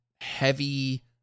heavy